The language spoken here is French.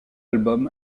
album